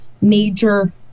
major